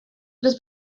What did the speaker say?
los